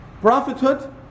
Prophethood